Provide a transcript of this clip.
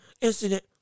incident